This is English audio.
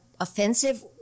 offensive